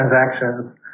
transactions